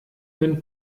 wenn